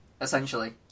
essentially